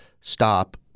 stop